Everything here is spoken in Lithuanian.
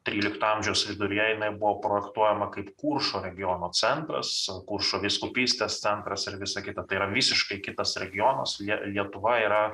trylikto amžiaus viduryje jinai buvo projektuojama kaip kuršo regiono centras kuršo vyskupystės centras ir visa kita tai yra visiškai kitas regionas su ja lietuva yra